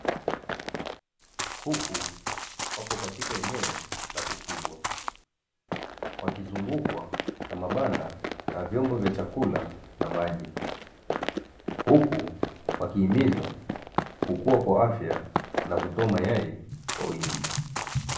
kuku wapo katika eneo la kufugwa wakizungukwa na mabanda na vyombo vya chakula na maji, huku wakihimizwa kukua kwa afya na kutoa mayai kwa wingi.